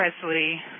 Presley